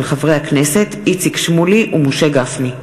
הצעות לסדר-היום של חברי הכנסת איציק שמולי ומשה גפני.